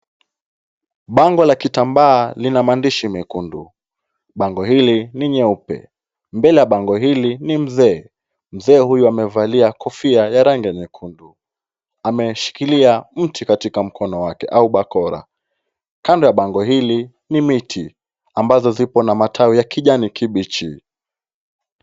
Bango la kitambaa lina maandishi mekundu. Bango hili ni nyeupe. Mbele ya bango hili ni mzee. Mzee huyu amevalia kofia ya rangi nyekundu. Ameshikilia mti katika mkono wake au bakora. Kando ya bango hili ni miti ambazo ziko na matawi ya kijani kibichi.